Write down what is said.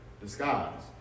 disguise